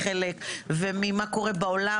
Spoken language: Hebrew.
ממה קורה בעולם,